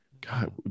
God